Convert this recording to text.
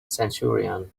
centurion